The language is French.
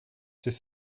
c’est